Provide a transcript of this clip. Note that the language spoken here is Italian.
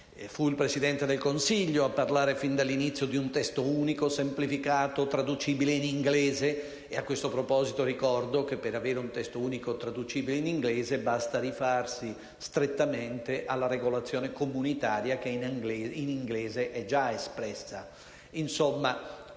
Fu il Presidente del Consiglio a parlare fin dall'inizio di un testo unico semplificato, traducibile in inglese. A questo proposito, ricordo che, per avere un testo unico traducibile in inglese, basta rifarsi strettamente alla regolazione comunitaria, che in inglese è già espressa.